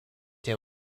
him